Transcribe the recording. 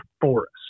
forest